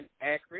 accurate